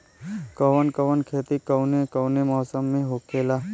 कवन कवन खेती कउने कउने मौसम में होखेला?